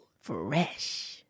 Fresh